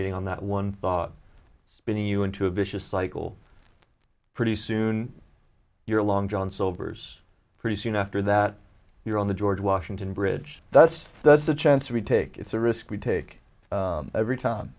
ating on that one thought spinning you into a vicious cycle pretty soon you're long john silver's pretty soon after that you're on the george washington bridge that's that's the chance we take it's a risk we take every time